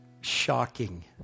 shocking